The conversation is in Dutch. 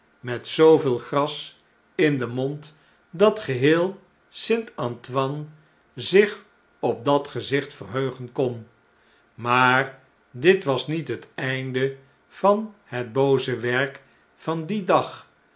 met zooveel gras in den mond dat geheel st a n t o in e zich op dat gezicht verheugen kon maar dit was niet het einde van het booze werk van dien dag